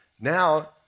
Now